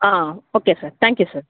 okay sir thank you sir